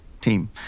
team